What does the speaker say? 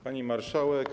Pani Marszałek!